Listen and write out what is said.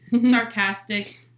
sarcastic